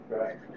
Right